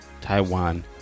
Taiwan